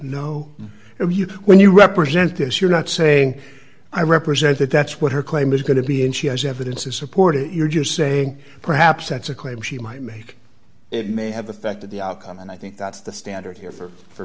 you when you represent this you're not saying i represent that that's what her claim is going to be and she has evidence to support it you're just saying perhaps that's a claim she might make it may have affected the outcome and i think that's the standard here for for